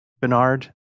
Bernard